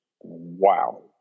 wow